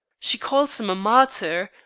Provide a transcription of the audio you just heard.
she calls him a martyr,